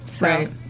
right